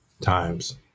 times